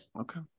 Okay